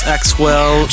Axwell